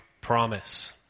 promise